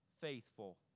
faithful